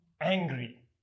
angry